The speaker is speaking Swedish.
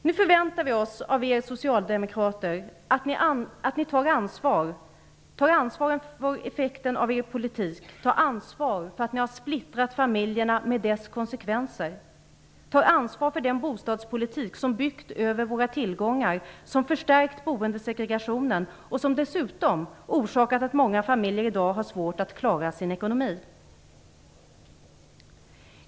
Nu förväntar vi oss av er socialdemokrater att ni tar ansvar för effekten av er politik, att ni tar ansvar för att ni har splittrat familjerna och för konsekvenserna därav samt att ni tar ansvar för den bostadspolitik som byggt över våra tillgångar, som förstärkt boendesegregationen och som dessutom orsakat att många familjer i dag har svårt att klara sin ekonomi.